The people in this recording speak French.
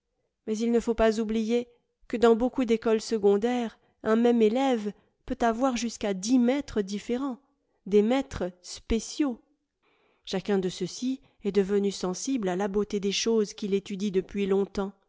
mais il ne faut pas oublier que dans beaucoup d'écoles secon daires un même élève peut avoir jusqu'à dix maîtres différents des maîtres spéciaux chacun de ceux-ci est devenu sensible à la beauté des choses qu'il étudie depuis longtemps